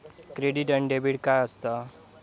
Credit आणि debit काय असता?